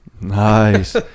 Nice